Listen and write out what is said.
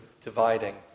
dividing